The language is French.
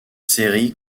série